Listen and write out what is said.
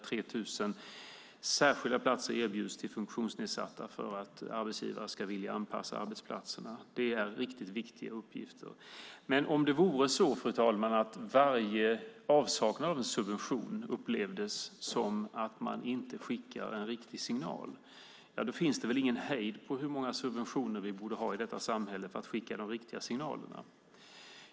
3 000 särskilda platser erbjuds funktionsnedsatta för att arbetsgivare ska vilja anpassa arbetsplatserna. Det här är riktigt viktiga uppgifter. Om det, fru talman, vore så att varje avsaknad av en subvention upplevdes som att man inte skickar en riktig signal finns det väl ingen hejd på hur många subventioner vi borde ha i vårt samhälle för att skicka de riktiga signalerna.